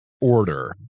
order